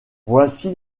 voici